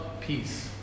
peace